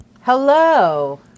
hello